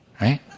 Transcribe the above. Right